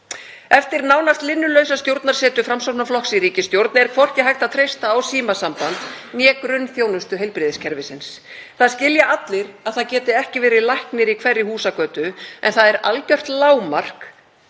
Eftir nánast linnulausa stjórnarsetu Framsóknarflokks í ríkisstjórn er hvorki hægt að treysta á símasamband né grunnþjónustu heilbrigðiskerfisins. Það skilja allir að það getur ekki verið læknir í hverri húsagötu en það er algjört lágmark